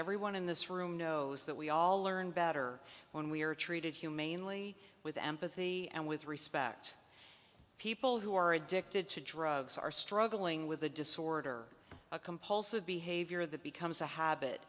everyone in this room knows that we all learn better when we are treated humanely with empathy and with respect people who are addicted to drugs are struggling with a disorder a compulsive behavior that becomes a habit